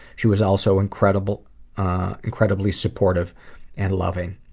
she was also incredibly incredibly supportive and loving.